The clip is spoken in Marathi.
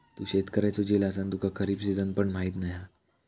तू शेतकऱ्याचो झील असान तुका खरीप सिजन पण माहीत नाय हा